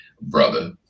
brother